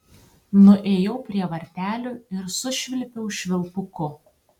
nuėjau prie vartelių ir sušvilpiau švilpuku